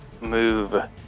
move